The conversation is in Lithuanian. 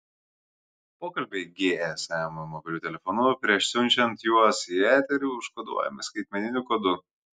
pokalbiai gsm mobiliu telefonu prieš siunčiant juos į eterį užkoduojami skaitmeniniu kodu